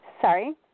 Sorry